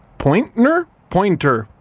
poynter? pointer?